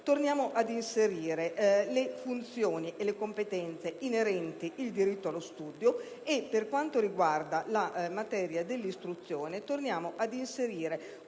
torniamo ad inserire le funzioni e le competenze inerenti il diritto allo studio e, per quanto riguarda la materia dell'istruzione, torniamo ad inserire